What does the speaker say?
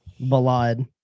ballad